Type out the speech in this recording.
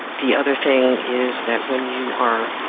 the other thing is that when you are